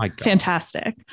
Fantastic